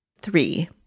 Three